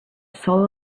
soul